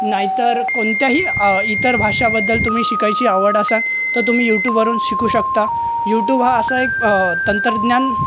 नाही तर कोणत्याही इतर भाषाबद्दल तुम्ही शिकायची आवड असा तर तुम्ही यूट्यूबवरून शिकू शकता यूटूब हा असा एक तंत्रज्ञान